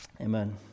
Amen